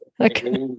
Okay